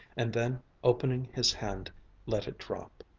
and then opening his hand let it drop.